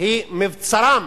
היא מבצרם